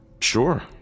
Sure